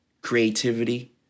creativity